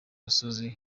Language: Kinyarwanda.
musozi